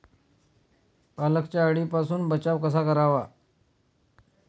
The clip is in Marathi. पालकचा अळीपासून बचाव कसा करावा?